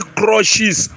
crushes